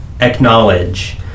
acknowledge